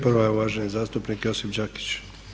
Prva je uvaženi zastupnik Josip Đakić.